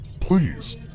Please